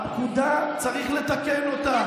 הפקודה, צריך לתקן אותה.